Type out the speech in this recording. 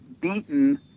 beaten